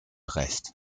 recht